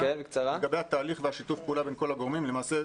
לגבי התהליך ושיתוף פעולה בין כל הגורמים למעשה,